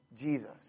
Jesus